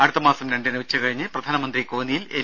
അടുത്ത മാസം രണ്ടിന് ഉച്ചകഴിഞ്ഞ് പ്രധാനമന്ത്രി കോന്നിയിൽ എൻ